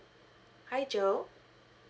hi joe